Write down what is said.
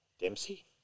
Dempsey